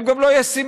הם גם לא ישימים.